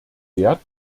wert